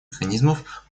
механизмов